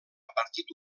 partit